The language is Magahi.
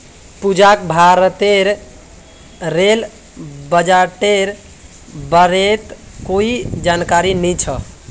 पूजाक भारतेर रेल बजटेर बारेत कोई जानकारी नी छ